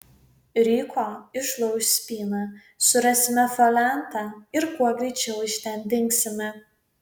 ryko išlauš spyną surasime foliantą ir kuo greičiau iš ten dingsime